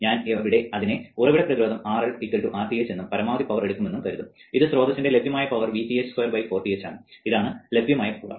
ഞാൻ അതിനെ ഉറവിട പ്രതിരോധം RL Rth എന്നും പരമാവധി പവർ എടുക്കുമെന്ന് കരുതും ഇത് സ്രോതസ്സിന്റെ ലഭ്യമായ പവർ Vth24Rth ആണ് ഇതാണ് ലഭ്യമായ പവർ